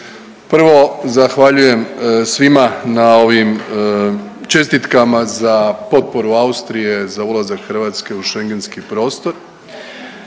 Prvo zahvaljujem svima na ovim čestitkama za potporu Austrije za ulazak Hrvatske u Schengenski prostor